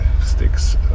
sticks